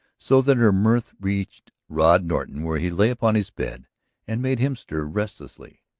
so that her mirth reached rod norton where he lay upon his bed and made him stir restlessly.